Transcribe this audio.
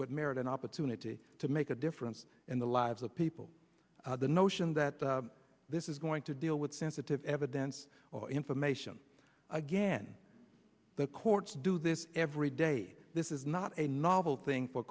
merit an opportunity to make a difference in the lives of people the notion that this is going to deal with sensitive evidence or information again the courts do this every day this is not a novel thing for